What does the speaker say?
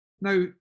Now